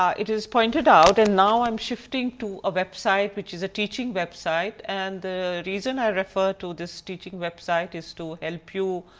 it is pointed out and now i am shifting to a web site, which is a teaching web site, and the reason i refer to this teaching web site is to help you,